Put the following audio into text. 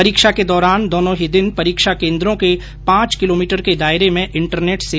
परीक्षा के दौरान दोनो ही दिन परीक्षा केन्द्रों के पांच किलोमीटर के दायरे में इंटरनेट सेवा बंद रहेगी